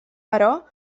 però